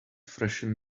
freshen